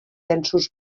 densos